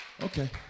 Okay